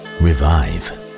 revive